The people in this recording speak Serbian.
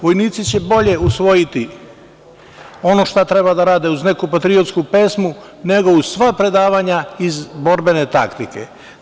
Vojnici će bolje usvojiti ono šta treba da rade uz neku patriotsku pesmu nego uz sva predavanja iz borbene taktike.